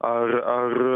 ar ar